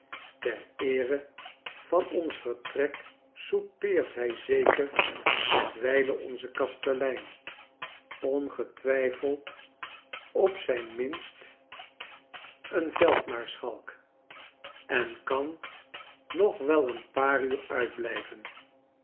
ter eere van ons vertrek soupeert hij zeker met wylen onzen kastelein ongetwijfed op zijn minst een veldmaarschalk en kan nog wel een paar uur uitblijven